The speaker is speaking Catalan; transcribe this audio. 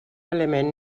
element